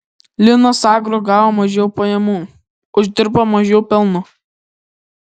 linas agro gavo mažiau pajamų uždirbo mažiau pelno